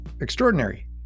extraordinary